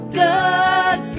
good